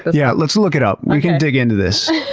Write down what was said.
but yeah, let's look it up. we can dig into this.